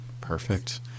Perfect